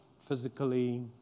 physically